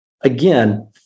again